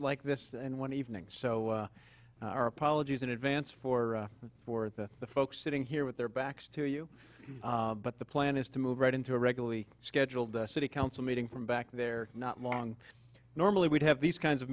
like this and one evening so our apologies in advance for for the folks sitting here with their backs to you but the plan is to move right into a regularly scheduled city council meeting from back there not long normally we'd have these kinds of